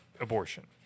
abortion